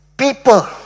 people